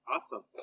Awesome